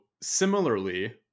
similarly